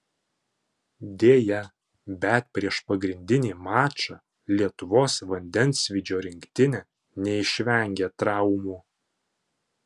deja bet prieš pagrindinį mačą lietuvos vandensvydžio rinktinė neišvengė traumų